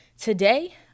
Today